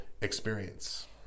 experience